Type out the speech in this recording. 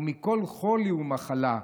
ומכל חולי ומחלה,